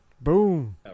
Boom